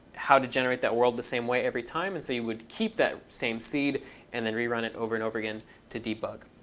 how to generate that world the same way every time. and so you would keep that same seed and then rerun it over and over again to debug.